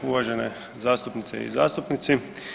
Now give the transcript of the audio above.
Uvažene zastupnice i zastupnici.